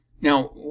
now